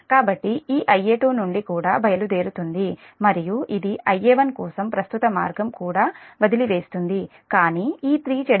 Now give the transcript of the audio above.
కాబట్టి ఈ Ia2 నుండి కూడా బయలుదేరుతుంది మరియు ఇది Ia1 కోసం ప్రస్తుత మార్గం కూడా వదిలివేస్తుంది కానీ ఈ 3 Zf వస్తుంది